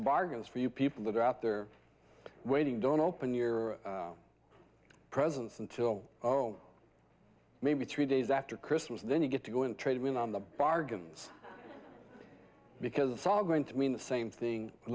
bargains for you people that are out there waiting don't open your presents until maybe three days after christmas then you get to go and try to win on the bargains because the saw going to mean the same thing a